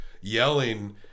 yelling